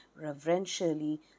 reverentially